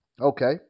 Okay